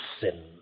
sin